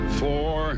four